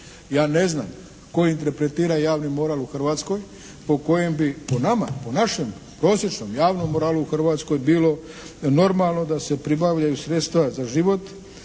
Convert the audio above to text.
Ja ne znam tko interpretira javni moral u Hrvatskoj po kojem bi po nama po našem prosječnom, javnom moralu u Hrvatskoj bilo normalno da se pribavljaju sredstva za život